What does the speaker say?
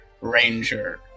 Ranger